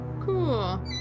Cool